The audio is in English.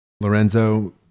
lorenzo